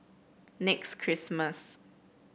Next Christmas